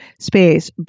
space